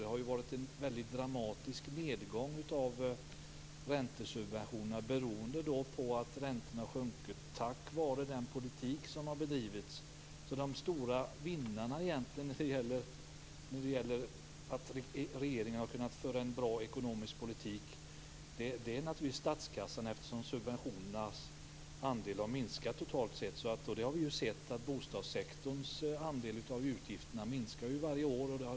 Det har ju varit en dramatisk nedgång av räntesubventionerna beroende på att räntorna har sjunkit tack vare den politik som har bedrivits. De stora vinnarna på grund av att regeringen har kunnat föra en bra ekonomisk politik är naturligtvis statskassan eftersom subventionernas andel har minskat totalt sett. Bostadssektorns andel av utgifterna har minskat varje år.